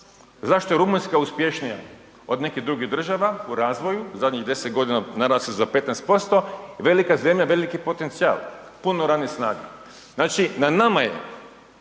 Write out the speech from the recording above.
Zašto je Rumunjska uspješnija od nekih drugih država u razvoju zadnjih 10 godina narasli za 15%, velika zemlja, veliki potencijal, puno radne snage. Znači na nama je